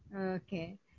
Okay